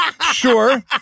Sure